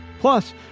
Plus